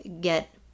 get